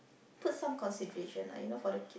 put some concentration lah you know for the kid